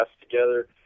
together